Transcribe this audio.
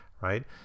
Right